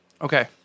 Okay